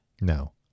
No